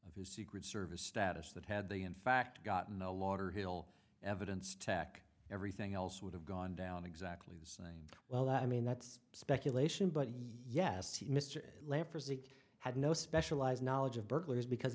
of his secret service status that had they in fact gotten a lot or hill evidence tech everything else would have gone down exactly the same well i mean that's speculation but yes mr leffers the had no specialized knowledge of burglars because